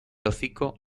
hocico